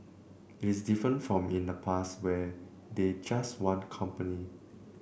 it is different from in the past where they just want company